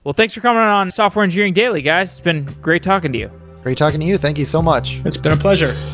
thanks for coming on software engineering daily, guys. it's been great talking to you. great talking to you. thank you so much. it's been a pleasure.